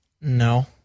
No